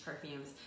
perfumes